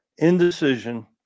Indecision